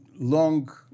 long